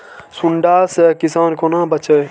सुंडा से किसान कोना बचे?